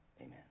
Amen